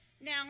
now